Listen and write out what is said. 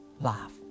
laugh